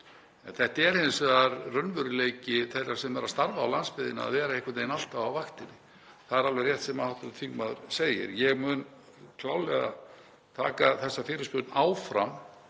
Það er hins vegar raunveruleiki þeirra sem eru að starfa á landsbyggðinni að vera einhvern veginn alltaf á vaktinni, það er alveg rétt sem hv. þingmaður segir. Ég mun klárlega taka þessa fyrirspurn áfram